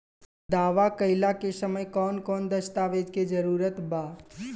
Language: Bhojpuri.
दावा कईला के समय कौन कौन दस्तावेज़ के जरूरत बा?